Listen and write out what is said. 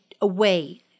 away